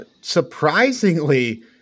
Surprisingly